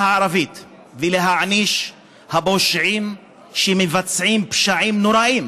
הערבית ולהעניש את הפושעים שמבצעים פשעים נוראיים